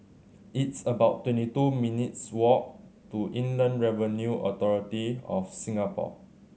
it's about twenty two minutes' walk to Inland Revenue Authority of Singapore